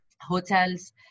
hotels